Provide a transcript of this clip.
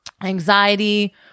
anxiety